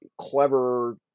clever